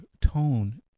tone